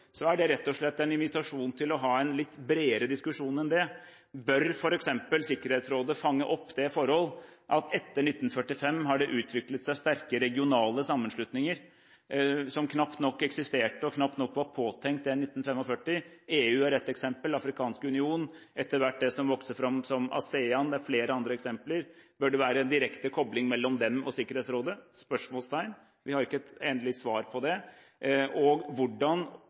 er det rett og slett en invitasjon til en litt bredere diskusjon om det. Bør f.eks. Sikkerhetsrådet fange opp det forhold at etter 1945 har det utviklet seg sterke regionale sammenslutninger som knapt nok eksisterte, og knapt nok var påtenkt, i 1945? EU er ett eksempel, Den afrikanske union et annet, og også etter hvert det som vokste fram som ASEAN. Det er flere andre eksempler. Bør det være en direkte kobling mellom dem og Sikkerhetsrådet? Vi har ikke et endelig svar på det. Hvordan